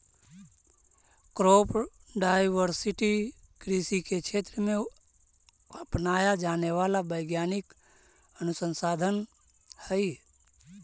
crop diversity कृषि के क्षेत्र में अपनाया जाने वाला वैज्ञानिक अनुसंधान हई